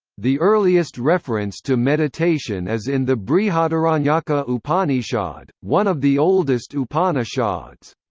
the earliest reference to meditation is in the brihadaranyaka upanishad, one of the oldest upanishads.